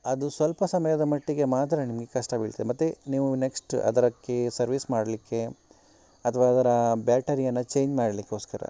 ಅದು ಸ್ವಲ್ಪ ಸಮಯದ ಮಟ್ಟಿಗೆ ಮಾತ್ರ ನಿಮಗೆ ಕಷ್ಟ ಬೀಳ್ತದೆ ಮತ್ತೆ ನೀವು ನೆಕ್ಸ್ಟ್ ಅದಕ್ಕೆ ಸರ್ವೀಸ್ ಮಾಡಲಿಕ್ಕೆ ಅಥವಾ ಅದರ ಬ್ಯಾಟರಿಯನ್ನು ಚೇಂಜ್ ಮಾಡಲಿಕ್ಕೋಸ್ಕರ